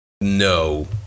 No